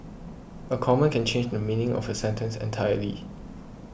a comma can change the meaning of a sentence entirely